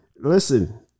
listen